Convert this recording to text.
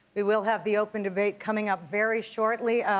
we will have the open debate coming up very shortly.